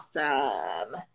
awesome